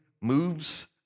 moves